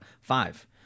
five